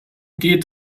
geht